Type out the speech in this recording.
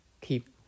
keep